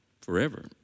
forever